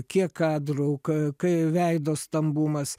kiek kadrų kai veido stambumas